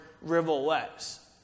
rivulets